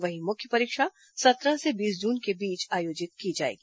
वहीं मुख्य परीक्षा सत्रह से बीस जून के बीच आयोजित की जाएगी